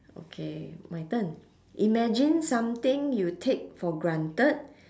okay my turn imagine something you take for granted